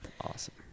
Awesome